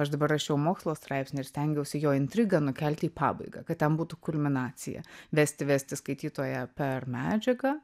aš dabar rašiau mokslo straipsnį ir stengiausi jo intrigą nukelti į pabaigą kad ten būtų kulminacija vesti vesti skaitytoją per medžiagą